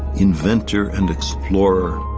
inventor and explorer.